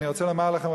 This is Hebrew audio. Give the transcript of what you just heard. אני רוצה לומר לכם,